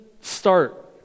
start